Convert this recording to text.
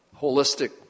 holistic